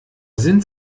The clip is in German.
sind